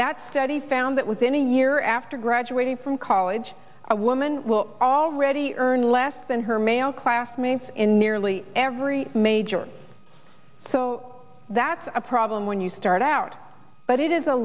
that study found that within a year after graduating from college a woman will already earn less than her male classmates in nearly every major so that's a problem when you start out but it is a